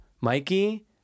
Mikey